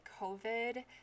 COVID